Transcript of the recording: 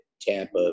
Tampa